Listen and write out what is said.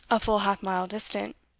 a full half-mile distant.